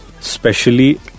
specially